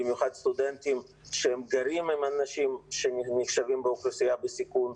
במיוחד סטודנטים שהם גרים עם אנשים שנחשבים כאוכלוסייה בסיכון.